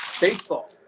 Baseball